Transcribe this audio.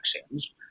vaccines